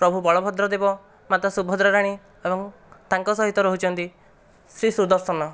ପ୍ରଭୁ ବଳଭଦ୍ର ଦେବ ମାତା ସୁଭଦ୍ରା ରାଣୀ ଏବଂ ତାଙ୍କ ସହିତ ରହୁଚନ୍ତି ଶ୍ରୀ ସୁଦର୍ଶନ